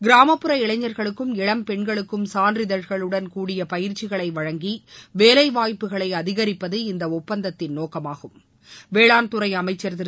கிராமப்புற இளைஞர்களுக்கும் இளம் பெண்களுக்கும் சான்றதழ்களுடன் கூடிய பயிற்சிகளை வழங்கி வேலைவாய்ப்புகளை அதிகரிப்பது இந்த ஒப்பந்தத்தின் நோக்கமாகும் வேளாண்துறை அமைச்சன் திரு